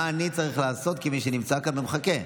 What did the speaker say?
מה אני צריך לעשות, כמי שנמצא כאן ומחכה?